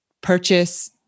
purchase